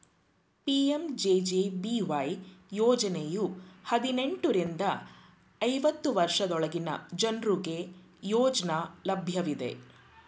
PMJJBY ಯೋಜ್ನಯು ಹದಿನೆಂಟು ರಿಂದ ಐವತ್ತು ವರ್ಷದೊಳಗಿನ ಜನ್ರುಗೆ ಯೋಜ್ನ ಲಭ್ಯವಿದೆ